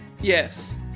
yes